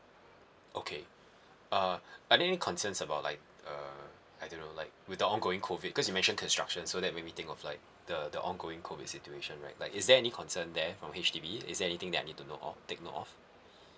okay uh are there any concerns about like uh I don't know like with the on going COVID because you mention construction so that made me think of like the the ongoing COVID situation right like is there any concern there from H_D_B is there anything that I need to know of take note of